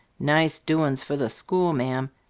nice doin's for the school-ma'am!